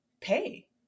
pay